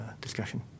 discussion